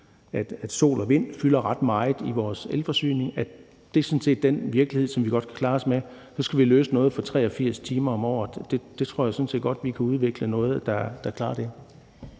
at sol og vind fylder ret meget i vores elforsyning, og at det er den virkelighed, som vi godt kan klare os med. Så skal vi løse noget i forhold til 83 timer om året, og der tror jeg sådan set godt, vi kan udvikle noget, der klarer det.